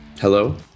Hello